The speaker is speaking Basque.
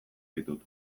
ditut